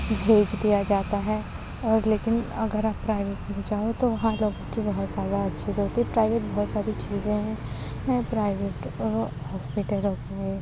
بھیج دیا جاتا ہے اور لیکن اگر آپ پرائیویٹ میں جاؤ تو وہاں لوگوں کی بہت زیادہ اچھے سے ہوتی ہے پرائیویٹ بہت ساری چیزیں ہیں پرائیویٹ ہاسپٹلوں میں